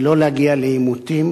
ולא להגיע לעימותים,